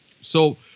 So-